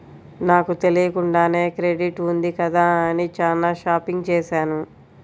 నాకు తెలియకుండానే క్రెడిట్ ఉంది కదా అని చానా షాపింగ్ చేశాను